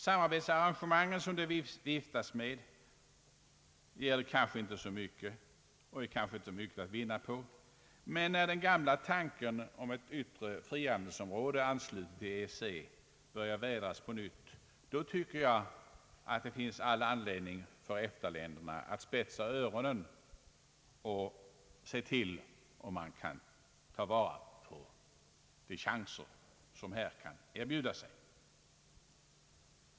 Samarbetsarrangemangen, som «det viftas med, ger kanske inte så mycket och är kanske inte så mycket att vinna på, men när den gamla tanken på ett yttre frihandelsområde anslutet till EEC börjar vädras på nytt, tycker jag nog att det finns anledning för EFTA-länderna att spetsa öronen och se till om de kan ta vara på de chanser som här kan erbjuda sig.